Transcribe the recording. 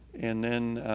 and then,